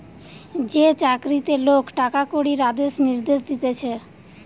যে চাকরিতে লোক টাকা কড়ির আদেশ নির্দেশ দিতেছে